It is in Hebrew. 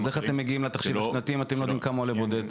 אז איך אתם מגיעים לתחשיב השנתי אם אתם לא יודעים כמה עולה בודד?